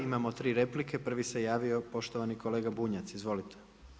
Imamo tri replike, prvi se javio poštovani kolega Bunjac, izvolite.